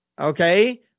okay